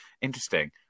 Interesting